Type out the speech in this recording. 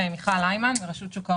מיכל היימן מרשות שוק ההון,